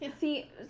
See